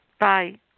bye